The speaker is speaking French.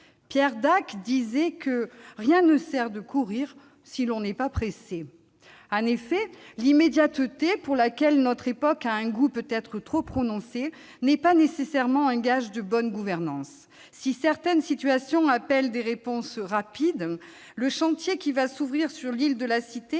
Pierre Dac disait que rien ne sert de courir si l'on n'est pas pressé. En effet, l'immédiateté, pour laquelle notre époque a un goût peut-être trop prononcé, n'est pas nécessairement un gage de bonne gouvernance. Si certaines situations appellent des réponses rapides, le chantier qui va s'ouvrir sur l'île de la Cité